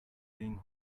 ring